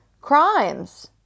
crimes